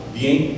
bien